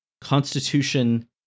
constitution